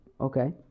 Okay